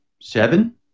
seven